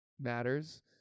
matters